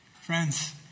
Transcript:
Friends